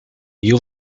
you